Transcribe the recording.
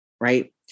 right